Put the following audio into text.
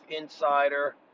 Insider